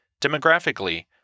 Demographically